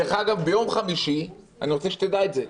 דרך אגב, אני רוצה שתדע את זה,